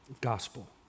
Gospel